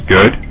Good